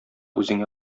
үзеңә